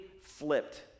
flipped